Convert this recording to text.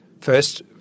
first